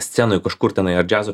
scenoj kažkur tenai ar džiazo